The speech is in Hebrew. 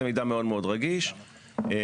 זה מידע רגיש מאוד